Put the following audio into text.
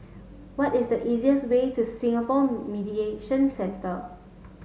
what is the easiest way to Singapore Mediation Centre